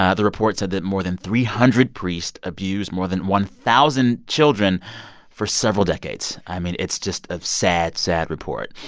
ah the report said that more than three hundred priests abused more than one thousand children for several decades. i mean, it's just a sad, sad, sad report.